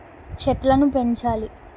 చెట్లను పెంచాలి